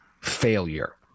failure